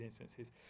instances